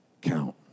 count